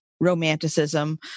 romanticism